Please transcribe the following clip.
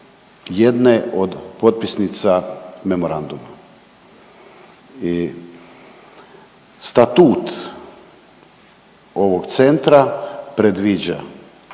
jedne od potpisnica memoranduma i Statut ovog centra predviđa